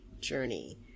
journey